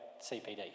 CPD